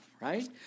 right